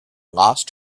lost